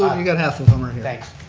you got half of them are here. like